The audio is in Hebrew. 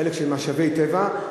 חלק של משאבי טבע,